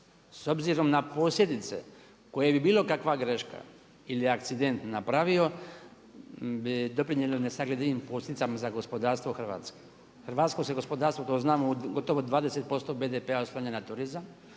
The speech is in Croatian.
s obzirom na posljedice koje bi bilo kakva greška ili akcident napravio bi doprinijelo nesagledivim posljedicama za gospodarstvo Hrvatske. Hrvatsko se gospodarstvo kao što znamo gotovo 20% BDP-a oslanja na turizam,